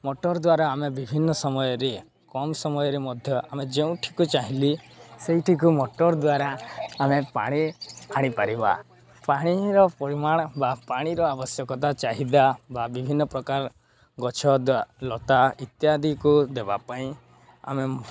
motor ଦ୍ୱାରା ଆମେ ବିଭିନ୍ନ ସମୟରେ କମ୍ ସମୟରେ ମଧ୍ୟ ଆମେ ଯେଉଁଠିକୁ ଚାହିଁଲିି ସେଇଠିକୁ ମଟର୍ ଦ୍ୱାରା ଆମେ ପାଣି ଆଣିପାରିବା ପାଣିର ପରିମାଣ ବା ପାଣିର ଆବଶ୍ୟକତା ଚାହିଦା ବା ବିଭିନ୍ନପ୍ରକାର ଗଛ ଲତା ଇତ୍ୟାଦିକୁ ଦେବା ପାଇଁ ଆମେ